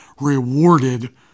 rewarded